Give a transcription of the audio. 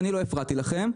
אני לא הפרעתי לכם.